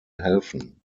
helfen